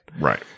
Right